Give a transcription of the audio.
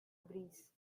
breeze